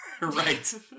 Right